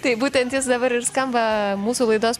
taip būtent jis dabar ir skamba mūsų laidos